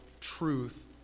truth